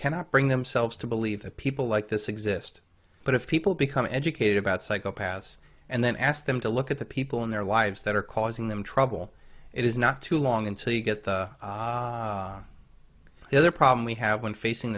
cannot bring themselves to believe that people like this exist but if people become educated about psychopaths and then ask them to look at the people in their lives that are causing them trouble it is not too long until you get the other problem we have when facing